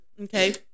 okay